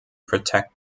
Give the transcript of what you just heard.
protect